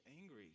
angry